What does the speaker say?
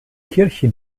kirche